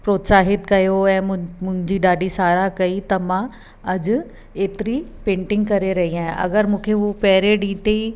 प्रोत्साहित कयो ऐं मुं मुंहिंजी ॾाढी साराह कई त मां अॼु एतिरी पेंटिंग करे रही आहियां अगरि मूंखे हू पहिरें ॾींहं ते ई